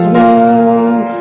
love